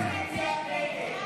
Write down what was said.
ההסתייגויות לסעיף 22